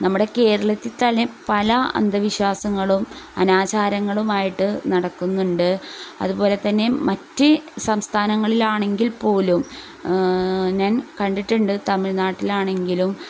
നമ്മുടെ കേരളത്തിൽത്തന്നെ പല അന്ധവിശ്വാസങ്ങളും അനാചാരങ്ങളുമായിട്ട് നടക്കുന്നുണ്ട് അതുപോലെ തന്നെ മറ്റ് സംസ്ഥാനങ്ങളിലാണെങ്കിൽ പ്പോലും ഞാൻ കണ്ടിട്ടുണ്ട് തമിഴ്നാട്ടിലാണെങ്കിലും